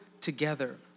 together